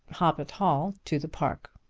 hoppet hall to the park.